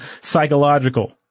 psychological